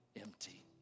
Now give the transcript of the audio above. empty